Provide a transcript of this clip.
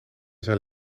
zijn